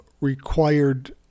required